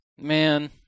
Man